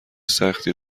سختی